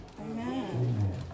Amen